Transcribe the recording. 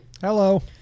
Hello